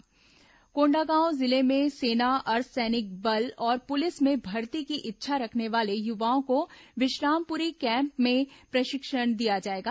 सेना भर्ती प्रशिक्षण कोंडागांव जिले में सेना अर्द्वसैनिक बल और पुलिस में भर्ती की इच्छा रखने वाले युवाओं को विश्रामपुरी कैम्प में प्रशिक्षण दिया जाएगा